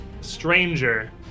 stranger